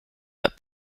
but